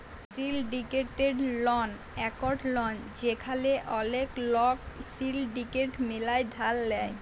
syndicated loan একট loan যেখালে ওলেক লক সিলডিকেট মিলায় ধার লেয়